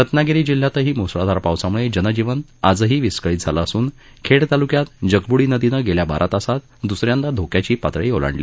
रत्नागिरी जिल्ह्यातही मुसळधार पावसामुळे जनजीवन आजही विस्कळीत झालं असून खेड तालुक्यात जगबुडी नदीनं गेल्या बारा तासात दुसऱ्यांदा धोक्याची पातळी ओलांडली